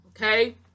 Okay